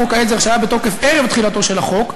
בחוק העזר שהיה בתוקף ערב תחילתו של החוק,